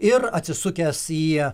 ir atsisukęs į